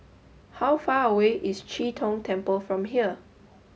how far away is Chee Tong Temple from here